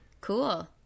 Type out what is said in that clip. Cool